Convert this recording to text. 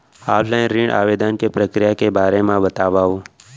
Offline ऋण आवेदन के प्रक्रिया के बारे म बतावव?